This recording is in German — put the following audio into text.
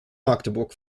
magdeburg